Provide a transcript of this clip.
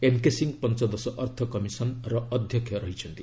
N K Singh ପଞ୍ଚଦଶ ଅର୍ଥ commission ର ଅଧ୍ୟକ୍ଷତ ଅଛନ୍ତି